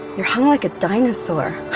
you're um like a dinosaur.